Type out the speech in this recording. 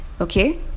Okay